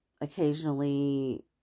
occasionally